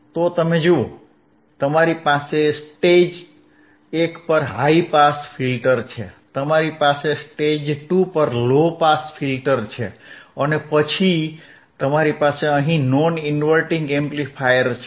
તો તમે જુઓ તમારી પાસે સ્ટેજ એક પર હાઇ પાસ ફિલ્ટર છે તમારી પાસે સ્ટેજ 2 પર લો પાસ ફિલ્ટર છે અને પછી તમારી પાસે અહીં નોન ઇન્વર્ટીંગ એમ્પ્લીફાયર છે